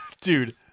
dude